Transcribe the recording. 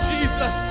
Jesus